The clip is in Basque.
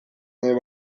nahi